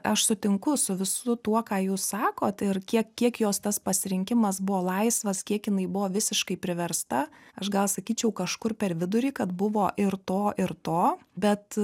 aš sutinku su visu tuo ką jūs sakot ir kiek kiek jos tas pasirinkimas buvo laisvas kiek jinai buvo visiškai priversta aš gal sakyčiau kažkur per vidurį kad buvo ir to ir to bet